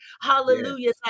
Hallelujah